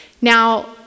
Now